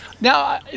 Now